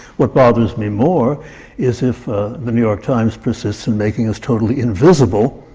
what bothers me more is if the new york times persists in making us totally invisible,